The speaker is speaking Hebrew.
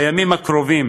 בימים הקרובים